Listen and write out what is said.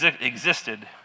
existed